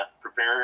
prepare